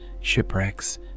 shipwrecks